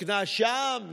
תיקנה שם,